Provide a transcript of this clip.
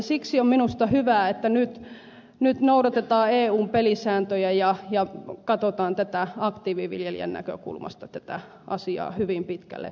siksi on minusta hyvä että nyt noudatetaan eun pelisääntöjä ja katsotaan tätä asiaa aktiiviviljelijän näkökulmasta hyvin pitkälle